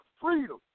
freedom